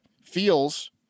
Feels